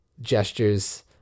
gestures